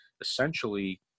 essentially